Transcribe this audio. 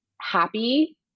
happy